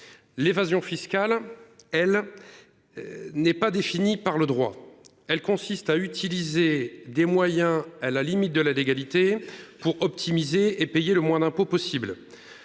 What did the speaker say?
L'évasion fiscale elle. N'est pas définie par le droit. Elle consiste à utiliser des moyens à la limite de la légalité pour optimiser et payer le moins d'impôts possible.